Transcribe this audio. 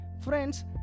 Friends